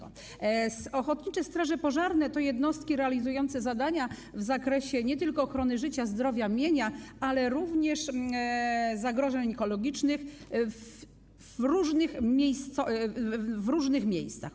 Ochotnicze straże pożarne to jednostki realizujące zadania w zakresie nie tylko ochrony życia, zdrowia, mienia, ale również zagrożeń ekologicznych w różnych miejscach.